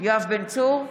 יואב בן צור,